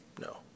No